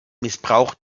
missbrauch